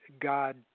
God